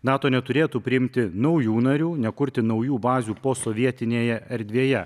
nato neturėtų priimti naujų narių nekurti naujų bazių posovietinėje erdvėje